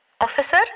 Officer